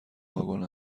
واگن